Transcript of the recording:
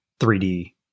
3d